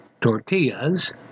tortillas